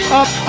up